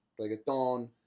reggaeton